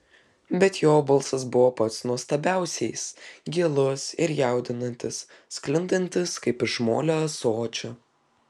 bet jo balsas buvo pats nuostabiausiais gilus ir jaudinantis sklindantis kaip iš molio ąsočio